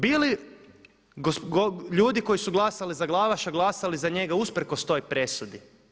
Bi li ljudi koji su glasali za Glavaša glasali za njega usprkos toj presudi?